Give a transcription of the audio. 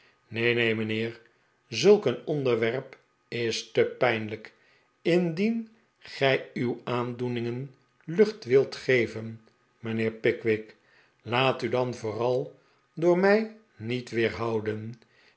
neen neen mijnheer zulk een onderwerp is te pijhlijk indien gij uw aandoeningen lucht wilt geven mijnheer pickwick laat u dan vooral door mij niet weerhouden